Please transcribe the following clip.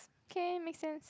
okay make sense